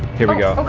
here we go.